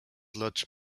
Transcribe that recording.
lodged